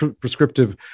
prescriptive